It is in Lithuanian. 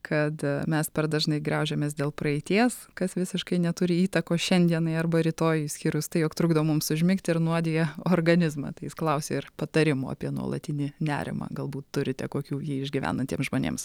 kad mes per dažnai griaužiamės dėl praeities kas visiškai neturi įtakos šiandienai arba rytojui išskyrus tai jog trukdo mums užmigti ir nuodija organizmą tai jis klausė ir patarimų apie nuolatinį nerimą galbūt turite kokių jį išgyvenantiems žmonėms